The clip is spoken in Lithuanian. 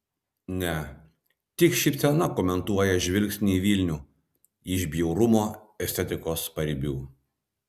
ne tik šypsena komentuoja žvilgsnį į vilnių iš bjaurumo estetikos paribių